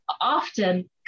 often